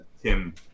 Tim